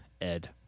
Ed